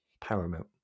paramount